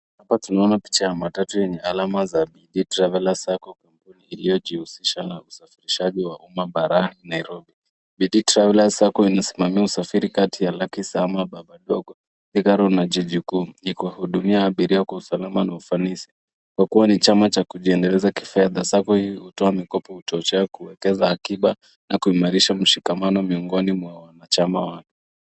Hapa tunaona picha ya matatu yenye alama za bidii travellers sacco , kampuni iliyojihusisha na usafirishaji wa umma barani Nairobi. Bidii travellers sacco inasimamia usafiri kati ya Lakisama, Babadogo, Thika road na jiji kuu ikiwahudumia abiria kwa usalama na ufanisi kwa kuwa ni chama cha kujiendeleza kifedha. Sacco hii hutoa mikopo hutoshea kuwekeza akiba na kuimarisha mshikamano miongoni mwa wanachama wake.